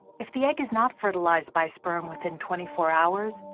if the egg is not fertilized by sperm within twenty four hours,